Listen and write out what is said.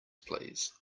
please